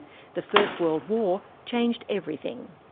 the first world war changed everything.